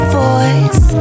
voice